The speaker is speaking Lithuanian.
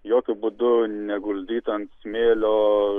jokiu būdu neguldyt ant smėlio